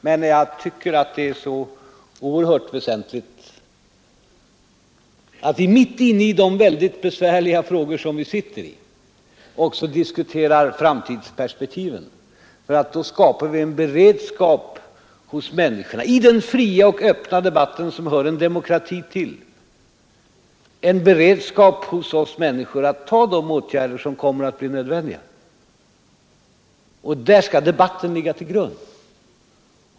Men jag tycker att det är så väsentligt att vi mitt inne i de oerhört besvärliga frågor som vi nu brottas med också diskuterar framtidsperspektiven. Då skapar vi nämligen — i den fria och öppna debatt som hör en demokrati till — en beredskap hos oss alla att acceptera de åtgärder som kommer att bli nödvändiga. Och där skall debatten ligga till grund.